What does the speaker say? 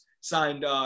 signed –